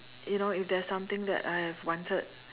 you know if there is something that I have wanted